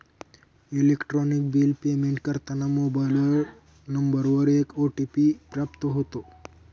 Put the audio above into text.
electronic bill payment करताना mobile नंबरवर एक ओ.टी.पी प्राप्त होतो